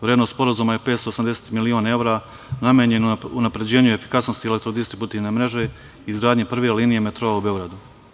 Vrednost sporazuma je 580 miliona evra, namenjeno unapređenju efikasnosti elektrodistributivne mreže, izgradnji prve linije metroa u Beogradu.